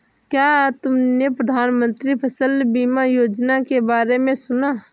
क्या तुमने प्रधानमंत्री फसल बीमा योजना के बारे में सुना?